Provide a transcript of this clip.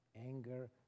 Anger